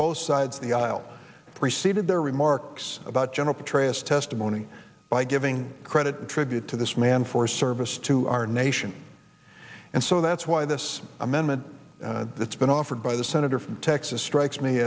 both sides of the aisle preceded their remarks about general petraeus testimony by giving credit tribute to this man for service to our nation and so that's why this amendment that's been offered by the senator from texas strikes me